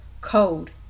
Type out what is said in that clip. code